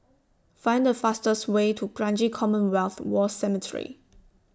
Find The fastest Way to Kranji Commonwealth War Cemetery